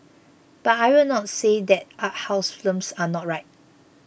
but I will not say that art house films are not right